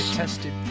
tested